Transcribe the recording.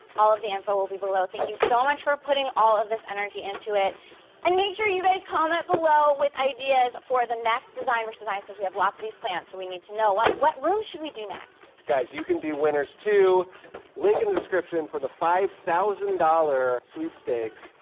all of the info will be below. thank you so much for putting all of this energy into it and make sure you guys comment below with ideas for the next design vs. design because we have lots of these planned so we need to know what, what room should we do next guys you can be winners to link in the description for the five thousand dollars sweepstakes.